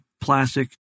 plastic